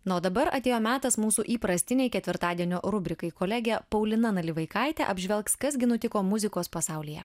na o dabar atėjo metas mūsų įprastinei ketvirtadienio rubrikai kolegė paulina nalivaikaitė apžvelgs kas gi nutiko muzikos pasaulyje